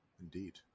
indeed